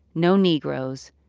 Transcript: no negroes,